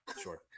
Sure